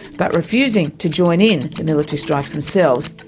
but refusing to join in the military strikes themselves.